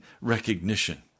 recognition